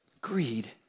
Greed